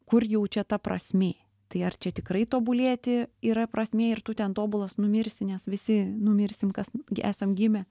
kur jau čia ta prasmė tai ar čia tikrai tobulėti yra prasmė ir tu ten tobulas numirsi nes visi numirsim kas gi esam gimę